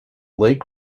lake